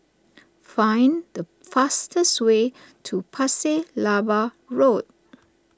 find the fastest way to Pasir Laba Road